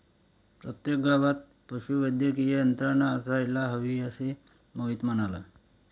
प्रत्येक गावात पशुवैद्यकीय यंत्रणा असायला हवी, असे मोहित म्हणाला